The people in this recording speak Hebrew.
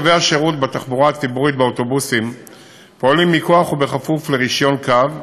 קווי השירות בתחבורה הציבורית באוטובוסים פועלים מכוח רישיון הקו,